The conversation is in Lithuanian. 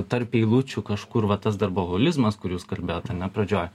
tarp eilučių kažkur va tas darboholizmas kur jūs kalbėjot ar ne pradžioj